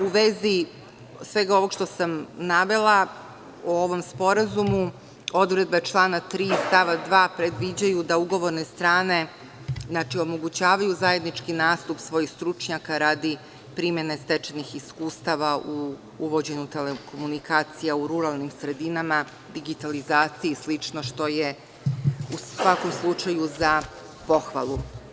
U vezi svega ovoga što sam navela, u ovom sporazumu odredbe člana 3. stava 2. predviđaju da ugovorne strane omogućavaju zajednički nastup svojih stručnjaka radi primene stečenih iskustava u uvođenju telekomunikacija u ruralnim sredinama, digitalizaciji i slično, što je u svakom slučaju za pohvalu.